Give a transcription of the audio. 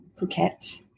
Phuket